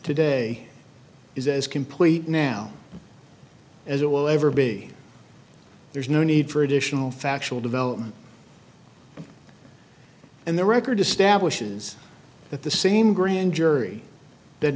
today is as complete now as it will ever be there is no need for additional factual development and the record establishes that the same grand jury that